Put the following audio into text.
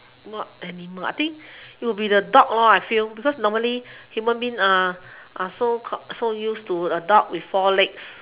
what animals I think it will be the dogs I feel because normally human beings are are so so used to dogs with four legs